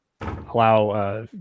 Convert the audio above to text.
allow